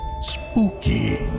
spooky